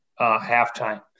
halftime